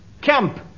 Camp